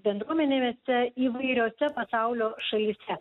bendruomenemėse įvairiose pasaulio šalyse